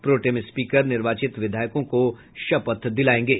pro tem speaker निर्वाचित विधायकों को शपथ दिलायेंगे